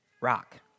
rock